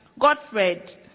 Godfred